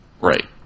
Right